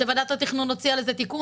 שוועדת התכנון הוציאה לזה תיקון?